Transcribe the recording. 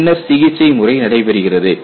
பின்னர் சிகிச்சைமுறை நடைபெறுகிறது